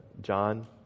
John